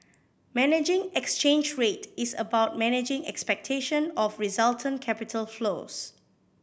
managing exchange rate is about managing expectation of resultant capital flows